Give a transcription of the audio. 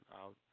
out